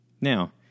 Now